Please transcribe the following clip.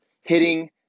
hitting